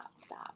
stop